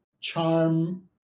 charm